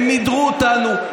הם מידרו אותנו,